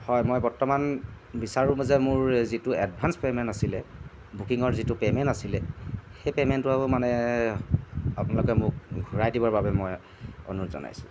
হয় মই বৰ্তমান বিচাৰোঁ যে মোৰ যিটো এডভাঞ্চ পে'মেণ্ট আছিলে বুকিঙৰ যিটো পে'মেণ্ট আছিলে সেই পে'মেণ্টটো আৰু মানে আপোনালোকে মোক ঘূৰাই দিবৰ মানে অনুৰোধ জনাইছোঁ